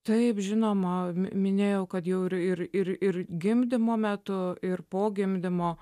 taip žinoma minėjau kad jau ir ir ir ir gimdymo metu ir po gimdymo